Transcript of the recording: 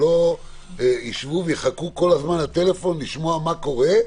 שלא יישבו ויחכו כל הזמן לטלפון כדי לשמוע מה קורה.